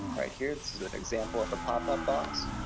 right here, this is an example of the pop-up box.